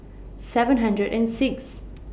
seven hundred and six